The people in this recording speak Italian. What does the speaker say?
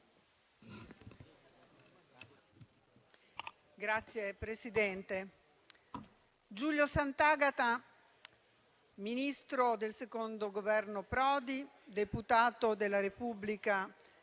Signor Presidente, Giulio Santagata, Ministro del secondo Governo Prodi, deputato della Repubblica